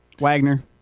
Wagner